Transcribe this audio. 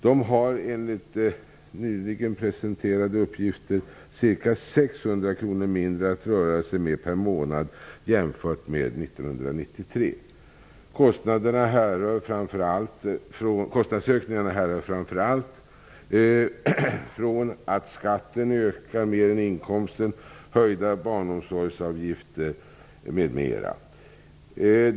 Den har enligt nyligen presenterade uppgifter ca 600 kr mindre att röra sig med per månad jämfört med 1993. Kostnadsökningarna härrör framför allt från att skatten ökar mer än inkomsten, höjda barnomsorgsavgifter m.m.